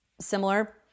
similar